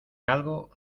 algo